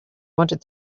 wanted